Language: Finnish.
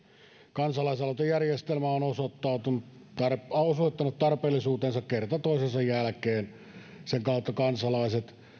kansalaisaloitejärjestelmä on osoittanut tarpeellisuutensa kerta toisensa jälkeen sen kautta kansalaiset